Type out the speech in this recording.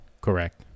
Correct